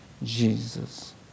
Jesus